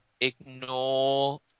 ignore